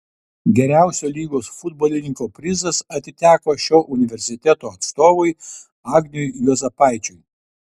geriausio lygos futbolininko prizas atiteko šio universiteto atstovui agniui juozapaičiui